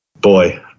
boy